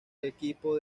equipo